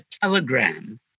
telegram